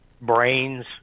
brains